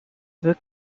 book